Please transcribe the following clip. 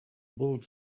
build